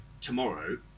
tomorrow